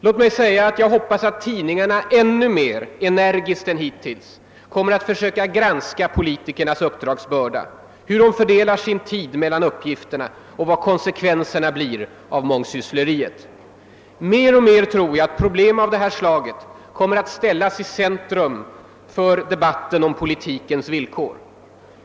Låt mig säga att jag hoppas att tidningarna ännu mer energiskt än hittills försöker granska politikernas uppdragsbörda, hur de fördelar sin tid mellan uppgifterna och vilka konsekvenserna blir av mångsyssleriet. Jag tror att problem av detta slag mer och mer kommer att ställas i centrum för debatten om politikens villkor.